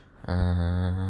ah